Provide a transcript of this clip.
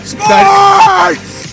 Sports